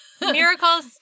Miracles